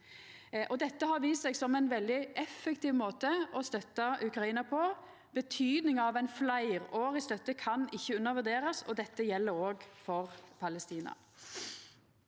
Dette har vist seg som ein veldig effektiv måte å støtta Ukraina på. Betydninga av ei fleirårig støtte kan ikkje undervurderast, og dette gjeld òg for Palestina.